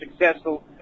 successful